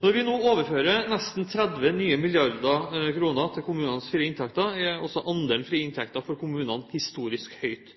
Når vi nå overfører nesten 30 nye milliarder kroner til kommunenes frie inntekter, er andelen frie inntekter for kommunene historisk høyt.